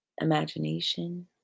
imagination